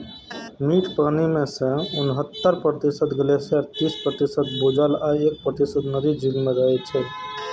मीठ पानि मे सं उन्हतर प्रतिशत ग्लेशियर, तीस प्रतिशत भूजल आ एक प्रतिशत नदी, झील मे रहै छै